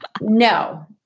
No